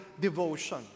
devotion